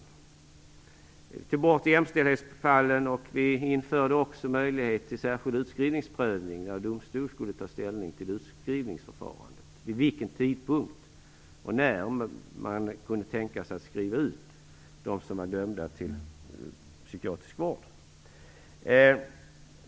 Vi tog bort jämställdhetsfallen och vi införde också möjlighet till särskild utskrivningsprövning när domstol skulle ta ställning till utskrivningsförfarandet och vid vilken tidpunkt man kunde tänka sig att skriva ut dem som var dömda till psykiatrisk vård.